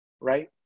right